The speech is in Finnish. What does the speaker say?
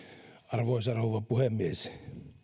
arvoisa rouva puhemies